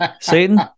Satan